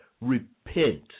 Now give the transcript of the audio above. Repent